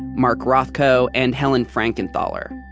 mark rothko, and helen frankenthaler,